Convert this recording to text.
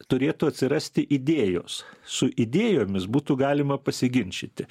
turėtų atsirasti idėjos su idėjomis būtų galima pasiginčyti